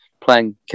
playing